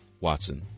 Watson